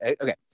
Okay